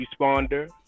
responder